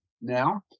Now